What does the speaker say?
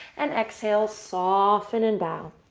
and exhale, soften and bow.